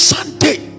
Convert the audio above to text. Sunday